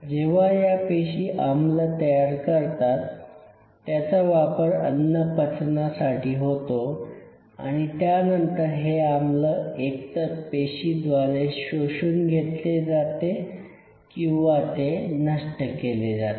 जेव्हा या पेशी आम्ल तयार करतात त्याचा वापर अन्नपचनासाठी होतो आणि त्यानंतर हे आम्ल एकतर पेशीद्वारे शोषून घेतले जाते किंवा ते नष्ट केले जाते